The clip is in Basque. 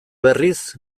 berriz